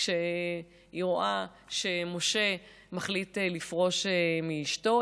כשהיא רואה שמשה מחליט לפרוש מאשתו,